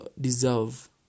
deserve